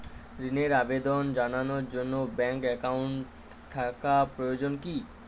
ঋণের আবেদন জানানোর জন্য ব্যাঙ্কে অ্যাকাউন্ট থাকা প্রয়োজন কী?